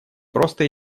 просто